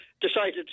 decided